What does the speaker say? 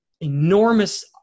enormous